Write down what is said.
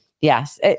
Yes